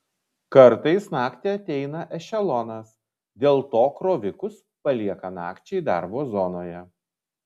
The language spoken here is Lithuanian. kartais naktį ateina ešelonas dėl to krovikus palieka nakčiai darbo zonoje